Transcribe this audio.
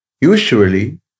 usually